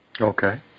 Okay